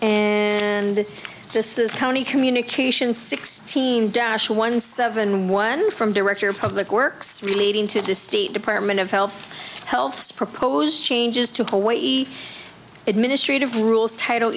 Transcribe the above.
and this is county communication sixteen dash one seven one from director of public works relating to the state department of health health proposed changes to hawaii administrative rules title